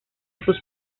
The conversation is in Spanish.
sus